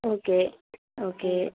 okay okay